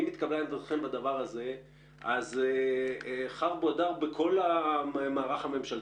אז חרבו דרבו בכל המערך הממשלתי.